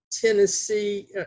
Tennessee